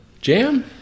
Jam